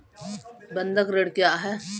बंधक ऋण क्या है?